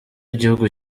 gihugu